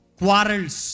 quarrels